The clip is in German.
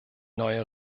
neue